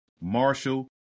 Marshall